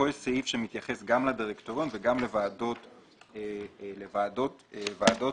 כאן יש סעיף שמתייחס גם לדירקטוריון וגם לוועדות שלו,